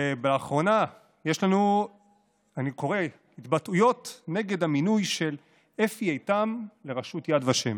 באחרונה אני קורא התבטאויות נגד מינויו של אפי איתם לראשות יד ושם.